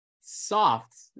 soft